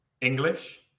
English